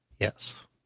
Yes